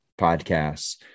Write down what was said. podcasts